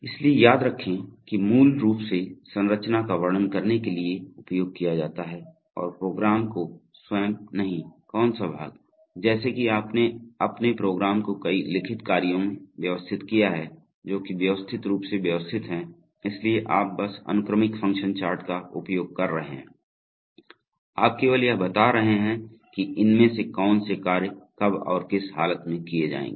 इसलिए याद रखें कि मूल रूप से संरचना का वर्णन करने के लिए उपयोग किया जाता है और प्रोग्राम को स्वयं नहीं कौन सा भाग जैसे कि आपने अपने प्रोग्राम को कई लिखित कार्यों में व्यवस्थित किया है जो कि व्यवस्थित रूप से व्यवस्थित है इसलिए आप बस अनुक्रमिक फ़ंक्शन चार्ट का उपयोग कर रहे हैं आप केवल यह बता रहे हैं कि इनमें से कौन से कार्य कब और किस हालत में किए जाएंगे